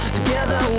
together